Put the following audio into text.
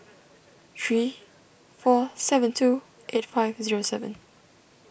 three four seven two eight five zero seven